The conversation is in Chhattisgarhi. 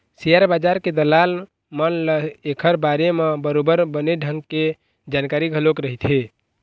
सेयर बजार के दलाल मन ल ऐखर बारे म बरोबर बने ढंग के जानकारी घलोक रहिथे